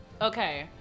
Okay